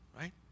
Right